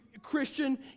christian